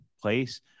place